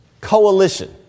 coalition